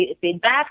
feedback